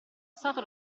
stato